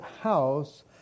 house